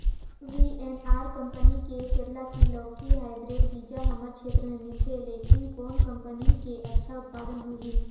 VNR company के करेला की लौकी हाईब्रिड बीजा हमर क्षेत्र मे मिलथे, लेकिन कौन कंपनी के अच्छा उत्पादन होही?